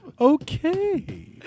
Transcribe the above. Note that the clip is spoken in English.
Okay